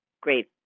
great